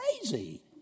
crazy